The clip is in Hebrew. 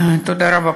תודה רבה.